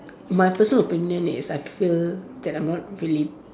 my personal opinion is I fear that I'm not really